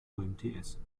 umts